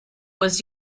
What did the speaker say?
was